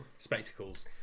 spectacles